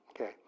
okay